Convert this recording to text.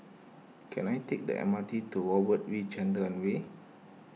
can I take the M R T to Robert V Chandran Way